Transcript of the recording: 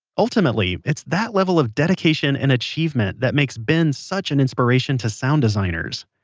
ultimately, it's that level of dedication and achievement that makes ben such an inspiration to sound designers